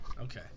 Okay